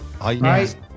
Right